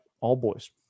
All-boys